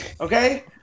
okay